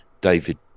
david